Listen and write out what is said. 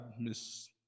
Miss